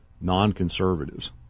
non-conservatives